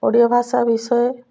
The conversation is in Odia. ଓଡ଼ିଆ ଭାଷା ବିଷୟ